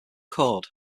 chord